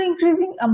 increasing